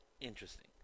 interesting